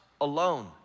alone